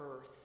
earth